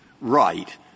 right